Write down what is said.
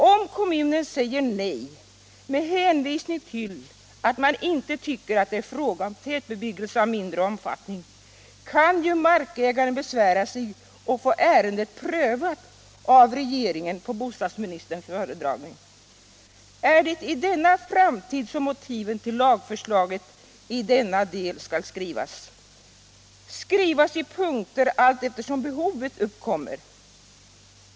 Om kommunen säger nej med hänvisning till att man inte tycker att det är fråga om tätbebyggelse av mindre omfattning kan ju markägaren besvära sig och få ärendet prövat av regeringen på bostadsministerns föredragning. Är det i en framtid som motiven till lagförslaget i denna del skall skrivas —- i punkter allteftersom behovet uppkommer?